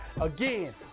Again